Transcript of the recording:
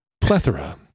plethora